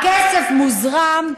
הכסף מוזרם,